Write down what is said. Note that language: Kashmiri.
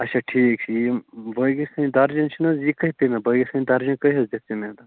اَچھا ٹھیٖک چھُ یِم بٲگِرکھانہِ درجن چھُ نہٕ حظ یہِ کٔہۍ پیٚیہِ مےٚ بٲگِرکھانہِ درجن کٔہۍ حظ دِکھ ژٕ مےٚ